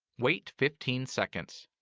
wait fifteen seconds.